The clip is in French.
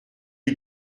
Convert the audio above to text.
lui